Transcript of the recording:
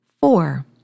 Four